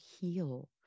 heal